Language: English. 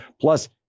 Plus